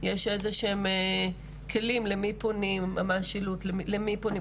יש איזה שהם כלים או שילוט למי פונים?